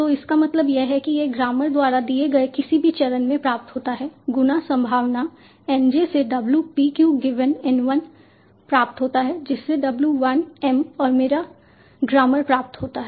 तो इसका मतलब यह है कि यह ग्रामर द्वारा दिए गए किसी भी चरण में प्राप्त होता है गुना संभावना N j से W p q given N 1 प्राप्त होता है जिससे W 1 m और मेरा ग्रामर प्राप्त होता है